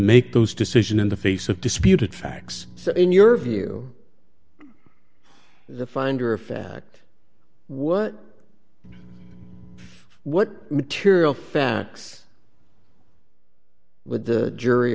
make those decision in the face of disputed facts in your view the finder of fact what if what material facts with the jury